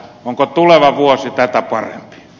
onko tuleva vuosi tätä parempi